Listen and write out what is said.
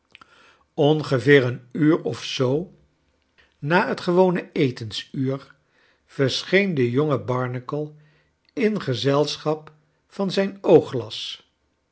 ongeveer een uur of zoo na het gewone etensuur verscheen de jonge barnacle in gezelschap van zijn oog